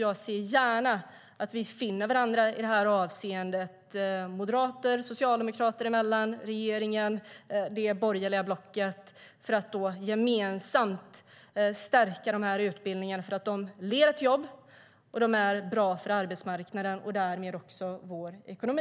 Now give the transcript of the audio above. Jag ser gärna att vi finner varandra, moderater och socialdemokrater emellan och mellan regeringen och det borgerliga blocket, för att gemensamt stärka dessa utbildningar, för de leder till jobb och är bra för arbetsmarknaden och därmed också för vår ekonomi.